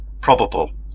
probable